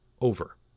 over